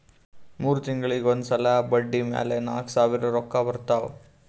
ಮೂರ್ ತಿಂಗುಳಿಗ್ ಒಂದ್ ಸಲಾ ಬಡ್ಡಿ ಮ್ಯಾಲ ನಾಕ್ ಸಾವಿರ್ ರೊಕ್ಕಾ ಬರ್ತಾವ್